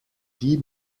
die